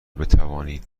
بتوانید